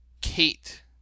Kate